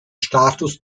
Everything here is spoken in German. status